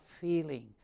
feeling